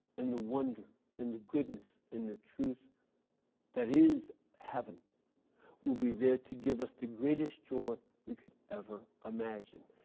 and the wonder and the goodness and the truth that is heaven will be there to give us the greatest joy we could ever imagine.